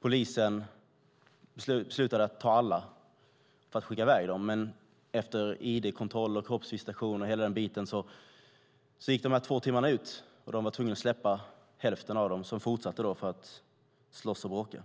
Polisen beslutade att ta alla för att skicka i väg dem, men efter ID-kontroll, kroppsvisitation och hela denna bit hade de två timmarna gått ut. Polisen var då tvungen att släppa hälften av dem, som fortsatte att slåss och bråka.